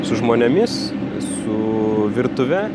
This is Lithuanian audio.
su žmonėmis su virtuve